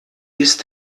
ist